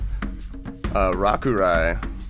Rakurai